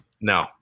No